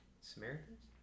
Samaritans